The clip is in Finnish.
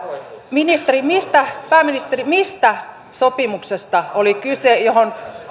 pääministeri mistä sopimuksesta oli kyse johon